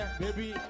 baby